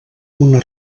una